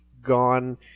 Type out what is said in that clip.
gone